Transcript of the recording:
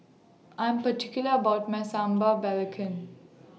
I Am particular about My Sambal Belacan